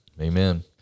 Amen